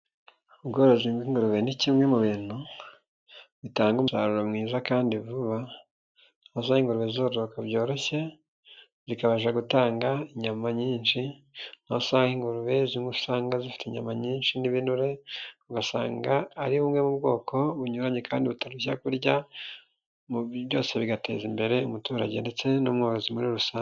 Ubworozi bw'ingurube ni kimwe mu bintu bitanga umusaruro mwiza kandi vuba, dore ko ingurube zoroka byoroshye zikabasha gutanga inyama nyinshi aho usanga ingurube zimwe usanga zifite inyama nyinshi n'ibinure ugasanga ari bumwe mu bwoko bunyuranye kanditarushya kurya byose bigateza imbere umuturage ndetse n' n'umworozi muri rusange.